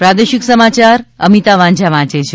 પ્રાદેશિક સમાચાર અમિતા વાંઝા વાંચે છે